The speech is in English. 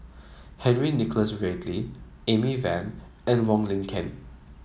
Henry Nicholas Ridley Amy Van and Wong Lin Ken